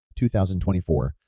2024